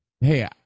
Hey